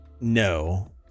no